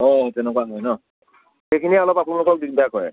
অ তেনেকুৱা হয় ন' সেইখিনি অলপ আপোনালোকক দিগদাৰ কৰে